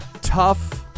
tough